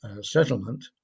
Settlement